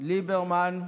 ליברמן.